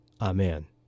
amen